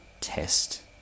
test